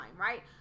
right